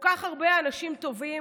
כל כך הרבה אנשים טובים,